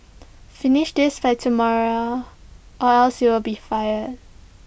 finish this by tomorrow or else you'll be fired